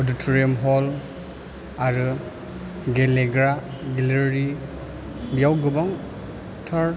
auditorium hall आरो गेलेग्रा गेलेरि बेयाव गोबांथार